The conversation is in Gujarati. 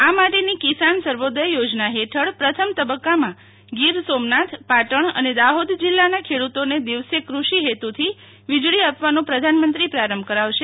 આ માટેની કિસાન સર્વોદય યોજના હેઠળ પ્રથમ તબક્કામાં ગીર સોમનાથ પાટણ અને દાહોદ જિલ્લાના ખેડૂતોને દિવસે કૃષિહેતુથી વીજળી આપવાનો પ્રધાનમંત્રી પ્રારંભ કરાવશે